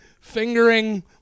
fingering